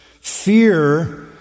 fear